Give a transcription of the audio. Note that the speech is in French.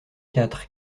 quatre